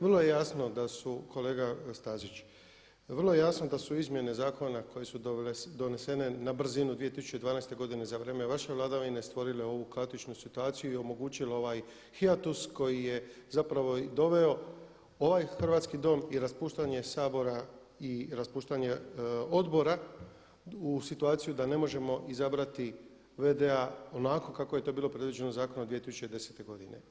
Vrlo je jasno da su, kolega Stazić vrlo je jasno da su izmjene zakona koje su donesene na brzinu 2012. godine za vrijeme vaše vladavine stvorile ovu klasičnu situaciju i omogućile ovaj hijatus koji je zapravo doveo ovaj Hrvatski dom i raspuštanje Sabora i raspuštanje odbora u situaciju da ne možemo izabrati VD-a onako kako je to bilo predviđeno zakonom iz 2010. godine.